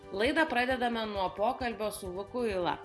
laidą pradedame nuo pokalbio su luku yla